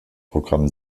programm